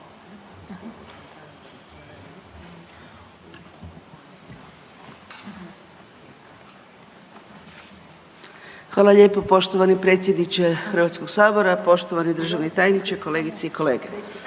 Hvala lijepo poštovani potpredsjedniče Hrvatskog sabora. Poštovana državna tajnice i kolegice i kolege,